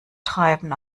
treiben